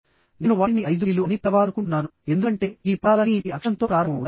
నేను వాటిని ఐదు పి లు అని పిలవాలనుకుంటున్నాను ఎందుకంటే ఈ పదాలన్నీ పి అక్షరంతో ప్రారంభమవుతాయి